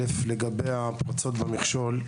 אל"ף לגבי הפרצות במכשול,